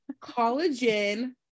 collagen